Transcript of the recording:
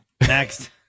next